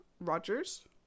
Rogers